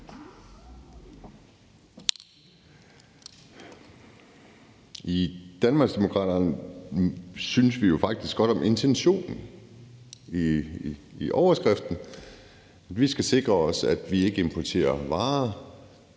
I Danmarksdemokraterne synes vi jo faktisk godt om intentionen og overskriften. Vi skal sikre os, at vi ikke importerer varer